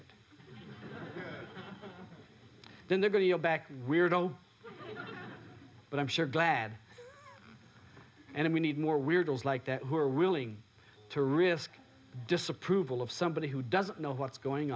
it then they're going to go back weirdo but i'm sure glad and we need more weirdos like that who are willing to risk disapproval of somebody who doesn't know what's going